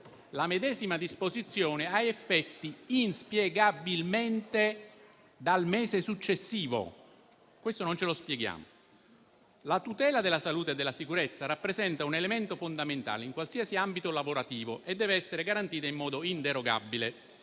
la medesima disposizione ha effetti inspiegabilmente dal mese successivo. Questo non ce lo spieghiamo. La tutela della salute e della sicurezza rappresenta un elemento fondamentale in qualsiasi ambito lavorativo e deve essere garantita in modo inderogabile.